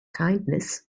kindness